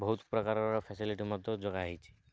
ବହୁତ ପ୍ରକାରର ଫେସିଲିଟି ମଧ୍ୟ ଯୋଗାହୋଇଛି